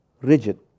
rigid